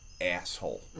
asshole